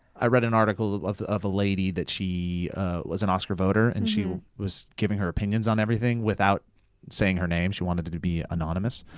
i read an article of of a lady that she was an oscar voter and she was giving her opinions on everything without saying her name, she wanted to to be anonymous.